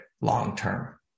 long-term